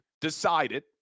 decided